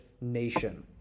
nation